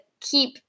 keep